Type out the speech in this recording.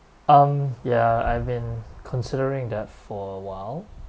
um ya I've been considering that for awhile